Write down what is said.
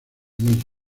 muelle